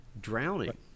Drowning